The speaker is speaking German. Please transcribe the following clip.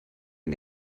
den